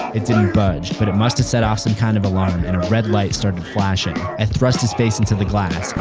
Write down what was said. it didn't budge, but it must have set off some kind of alarm and a red light started flashing. i ah thrust his face into the glass,